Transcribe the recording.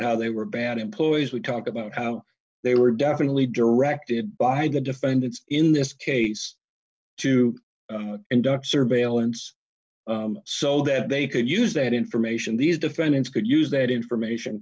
how they were bad employees we talked about how they were definitely directed by the defendants in this case to ducks or bail and so that they could use that information these defendants could use that information